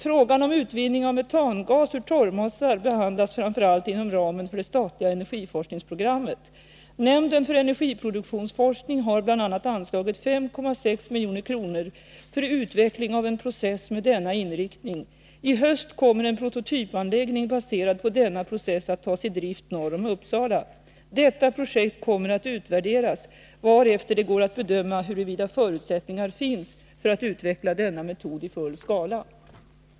Frågan om utvinning av metangas ur torvmossar behandlas framför allt inom ramen för det statliga energiforskningsprogrammet. Nämnden för energiproduktionsforskning har bl.a. anslagit 5,6 milj.kr. för utveckling av en process med denna inriktning. I höst kommer en prototypanläggning baserad på denna process att tas i drift norr om Uppsala. Detta projekt kommer att utvärderas, varefter det går att bedöma huruvida förutsättningar Nr 24 finns för att utveckla denna metod i full skala.